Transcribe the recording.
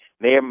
Mayor